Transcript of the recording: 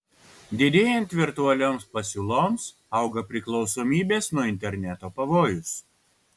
didėjant virtualioms pasiūloms auga priklausomybės nuo interneto pavojus